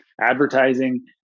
Advertising